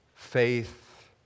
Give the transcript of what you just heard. Faith